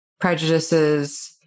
prejudices